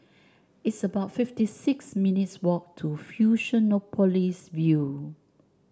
it's about fifty six minutes' walk to Fusionopolis View